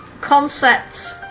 concepts